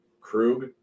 Krug